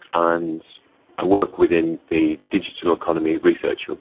and i work within the digital economy research hub,